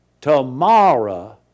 tomorrow